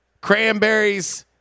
Cranberries